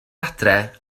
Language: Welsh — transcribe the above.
adre